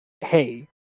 hey